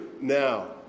now